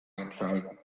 einschalten